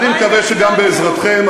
אני מקווה שגם בעזרתכם,